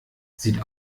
sieht